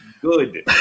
good